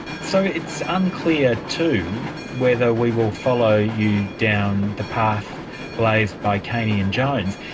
so it's unclear too, whether we will follow you down the path blazed by kaney and jones.